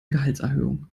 gehaltserhöhung